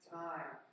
time